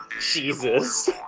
Jesus